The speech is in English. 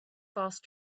fast